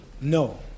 No